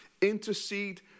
intercede